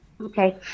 okay